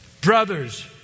brothers